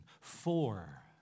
Four